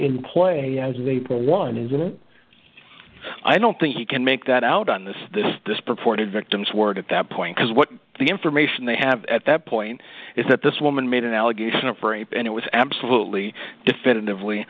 in play as of april one isn't i don't think he can make that out on this this this purported victim's word at that point because what the information they have at that point is that this woman made an allegation of rape and it was absolutely definitively